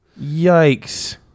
Yikes